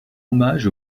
hommage